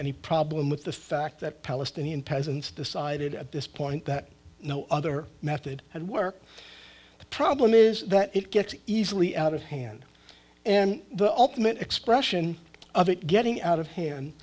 any problem with the fact that palestinian peasants decided at this point that no other method would work the problem is that it gets easily out of hand and the ultimate expression of it getting out of h